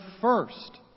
first